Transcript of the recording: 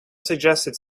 suggested